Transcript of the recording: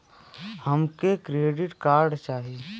हमके credit card चाही